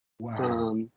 Wow